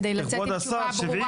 כדי לצאת עם תמונה ברורה.